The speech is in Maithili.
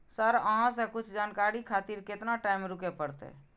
सर अहाँ से कुछ जानकारी खातिर केतना टाईम रुके परतें?